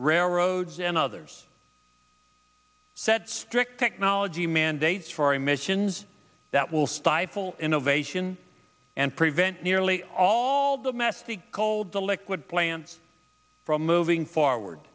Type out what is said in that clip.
railroads and others said strict technology mandates for emissions that will stifle innovation and prevent nearly all domestic cold the liquid plants from moving forward